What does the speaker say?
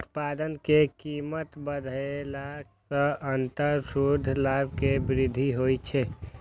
उत्पाद के कीमत बढ़ेला सं अंततः शुद्ध लाभ मे वृद्धि होइ छै